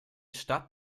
stadt